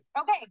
Okay